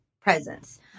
presence